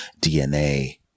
DNA